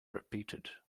repeated